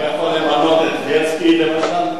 אני יכול למנות את בילסקי למשל?